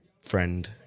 friend